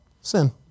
Sin